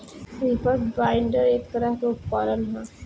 reaper binder एक तरह के उपकरण ह